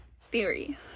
theory